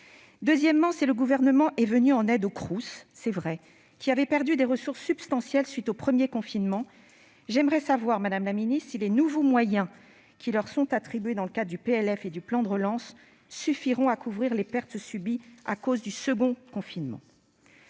Deuxièmement, si le Gouvernement est venu en aide aux Crous, qui avaient perdu des ressources substantielles à la suite du premier confinement, j'aimerais savoir, madame la ministre, si les nouveaux moyens qui leur sont attribués dans le cadre du PLF et du plan de relance suffiront à couvrir les pertes subies à cause du second confinement.